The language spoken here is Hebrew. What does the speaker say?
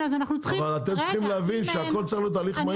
אבל אתם צריכים להבין שהכל צריך להיות הליך מהיר פה.